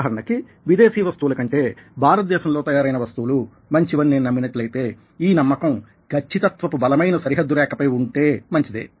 ఉదాహరణకి విదేశీ వస్తువుల కంటే భారతదేశంలో తయారైన వస్తువులు మంచివని నేను నమ్మినట్లయితే ఈ నమ్మకం ఖచ్చితత్వపు బలమైన సరిహద్దు రేఖ పై ఉంటే మంచిదే